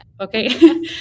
okay